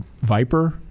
viper